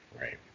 Right